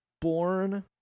born